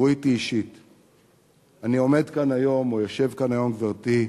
אני עומד כאן או יושב כאן היום, גברתי,